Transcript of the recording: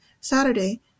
Saturday